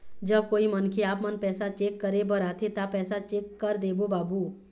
जब कोई मनखे आपमन पैसा चेक करे बर आथे ता पैसा चेक कर देबो बाबू?